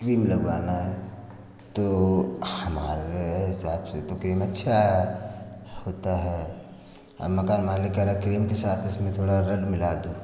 cream लगवाना है तो हमारे हिसाब से तो क्रीम अच्छा है होता है मकान मालिक कह रहा है क्रीम के साथ उसमें थोड़ा रेड मिला दो